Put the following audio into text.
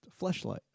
Fleshlight